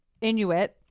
Inuit